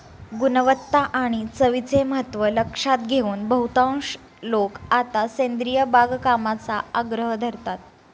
गुणवत्ता आणि चवीचे महत्त्व लक्षात घेऊन बहुतांश लोक आता सेंद्रिय बागकामाचा आग्रह धरतात